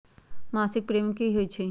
मासिक प्रीमियम की होई छई?